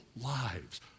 lives